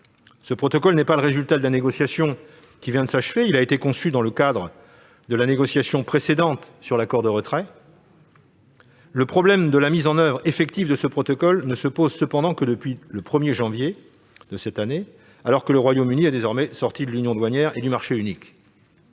Ce protocole n'est pas le résultat de la négociation qui vient de s'achever : il a été conçu dans le cadre de la négociation précédente sur l'accord de retrait. Le problème de sa mise en oeuvre effective ne se pose cependant que depuis le 1 janvier dernier, alors que le Royaume-Uni est désormais sorti de l'union douanière et du marché unique.